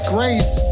Grace